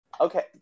Okay